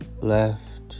left